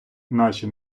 наші